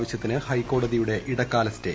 ആവശൃത്തിന് ഹൈക്കോടതിയുടെ ഇടക്കാല സ്റ്റേ